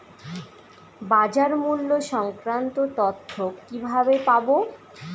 বাজার মূল্য সংক্রান্ত তথ্য কিভাবে পাবো?